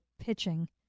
pitching